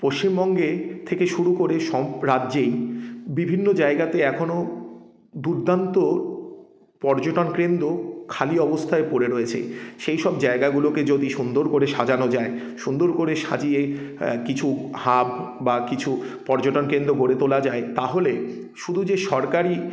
পশ্চিমবঙ্গে থেকে শুরু করে সব রাজ্যেই বিভিন্ন জায়গাতে এখনো দুর্দান্ত পর্যটন কেন্দ্র খালি অবস্থায় পড়ে রয়েছে সেই সব জায়গাগুলোকে যদি সুন্দর করে সাজানো যায় সুন্দর করে সাজিয়ে কিছু হাব বা কিছু পর্যটন কেন্দ্র গড়ে তোলা যায় তাহলে শুধু যে সরকারি